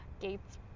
Gates